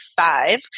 five